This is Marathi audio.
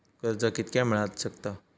कर्ज कितक्या मेलाक शकता?